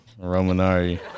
Romanari